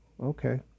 Okay